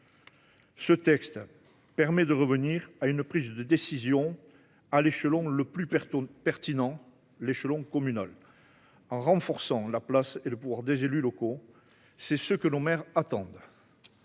Ce texte permet de revenir à une prise de décision à l’échelon le plus pertinent, à savoir l’échelon communal, en renforçant la place et le pouvoir des élus, comme nos maires l’attendent.